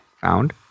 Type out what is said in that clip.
found